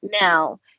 now